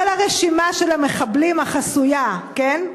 כל הרשימה של המחבלים, החסויה, כן?